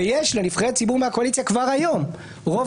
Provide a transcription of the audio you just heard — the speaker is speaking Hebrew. ויש לנבחרי הציבור מקואליציה כבר היום רוב